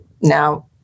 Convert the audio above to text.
now